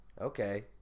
Okay